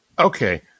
Okay